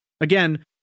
Again